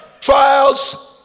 trials